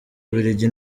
bubiligi